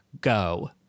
go